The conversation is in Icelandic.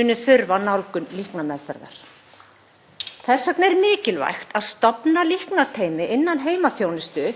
muni þurfa nálgun líknarmeðferðar. Þess vegna er mikilvægt að stofna líknarteymi innan heimaþjónustu